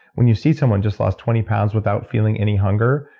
when you see someone just lost twenty pounds without feeling any hunger,